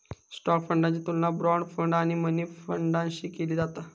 stock फंडाची तुलना bond fund आणि मनी फंडाशी केली जाता